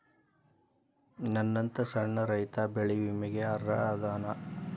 ನನ್ನಂತ ಸಣ್ಣ ರೈತಾ ಬೆಳಿ ವಿಮೆಗೆ ಅರ್ಹ ಅದನಾ?